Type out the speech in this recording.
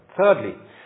Thirdly